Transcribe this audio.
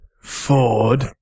Ford